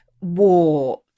war